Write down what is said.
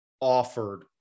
offered